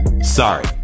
Sorry